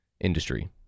industry